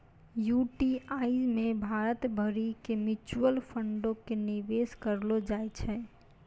UTI मे भारत भरि के म्यूचुअल फंडो के निवेश करलो जाय छै